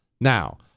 Now